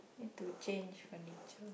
need to change her nature